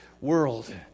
world